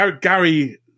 Gary